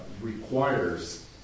requires